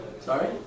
Sorry